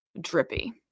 drippy